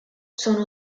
sono